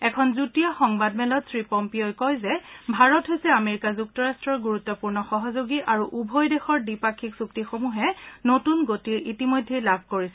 এখন যুটীয়া সংবাদমেলত শ্ৰীপম্পীয়েই কয় যে ভাৰত হৈছে আমেৰিকা যুক্তৰাট্টৰ গুৰুত্পূৰ্ণ সহযোগী আৰু উভয় দেশৰ দ্বিপাক্ষিক চুক্তিসমূহে নতুন গতি লাভ কৰিছে